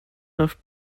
have